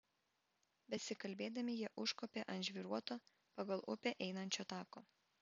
besikalbėdami jie užkopė ant žvyruoto pagal upę einančio tako